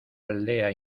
aldea